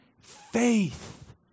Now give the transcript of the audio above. faith